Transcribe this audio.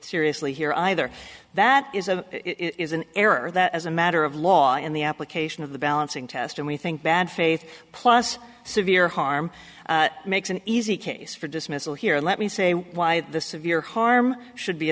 seriously here either that is a is an error that as a matter of law in the application of the balancing test and we think bad faith plus severe harm makes an easy case for dismissal here let me say why the severe harm should be